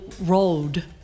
road